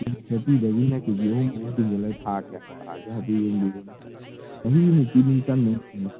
ꯀꯦ G ꯐꯣꯔꯇꯤꯗꯒꯤꯅ K G ꯑꯍꯨꯝ ꯑꯍꯨꯝ ꯇꯤꯟꯖꯜꯂ ꯊꯥ ꯀꯌꯥ ꯇꯥꯒꯦ ꯍꯥꯏꯕꯗꯣ ꯌꯦꯡꯕꯤꯔꯣꯅꯦ ꯆꯍꯤꯃꯨꯛꯇꯤ ꯑꯗꯨꯝ ꯆꯪꯅꯤ ꯑꯩꯅ ꯈꯟꯕꯗ